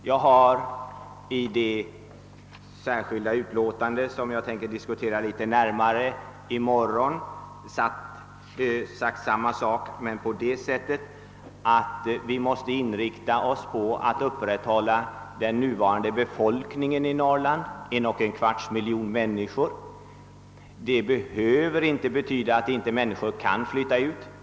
Jag har i det särskilda yttrande till bankoutskottets utlåtande nr 30, som skall diskuteras i morgon, sagt samma sak på följande sätt, nämligen att vi måste inrikta oss på att upprätthålla den nuvarande befolkningen i Norrland, 1,25 miljoner människor. Det behöver inte betyda att människor inte kan flytta ut.